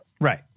Right